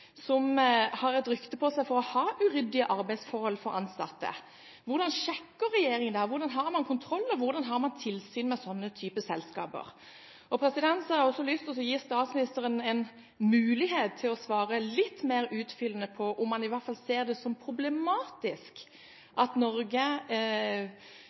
hvordan sjekker regjeringen dette, hvordan har man kontroll, og hvordan har man tilsyn med sånne typer selskaper? Så har jeg også lyst til å gi statsministeren mulighet til å svare litt mer utfyllende på om han i hvert fall ser det som problematisk